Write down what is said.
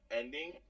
ending